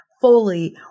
fully